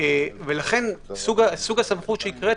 סוג הסמכות שהקראת,